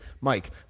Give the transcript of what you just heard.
mike